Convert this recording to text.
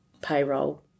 payroll